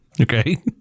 Okay